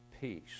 Peace